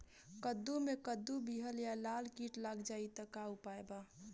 कद्दू मे कद्दू विहल या लाल कीट लग जाइ त का उपाय बा?